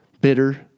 bitter